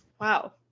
Wow